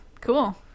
cool